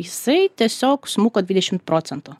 jisai tiesiog smuko dvidešimt procentų